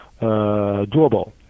doable